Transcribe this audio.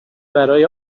برای